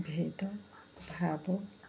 ଭେଦ ଭାବ